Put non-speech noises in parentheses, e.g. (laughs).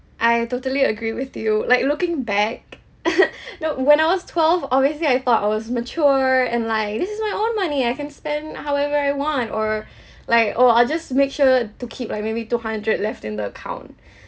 I totally agree with you like looking back (laughs) now when I was twelve obviously I thought I was mature and like this is my own money I can spend however I want or like or (breath) or I'll just make sure to keep like maybe two hundred left in the account (breath)